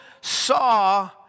saw